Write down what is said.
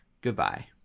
Goodbye